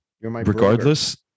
regardless